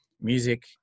music